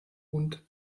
und